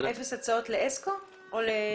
אפס הצעות ל-אסקו או ל-PV?